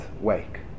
wake